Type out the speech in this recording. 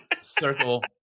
circle